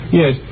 yes